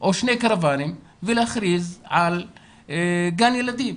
או שני קרוואנים ולהכריז על גן ילדים.